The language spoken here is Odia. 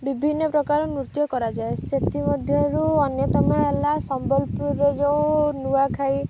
ବିଭିନ୍ନ ପ୍ରକାର ନୃତ୍ୟ କରାଯାଏ ସେଥିମଧ୍ୟରୁ ଅନ୍ୟତମ ହେଲା ସମ୍ବଲପୁରରେ ଯେଉଁ ନୂଆଖାଇ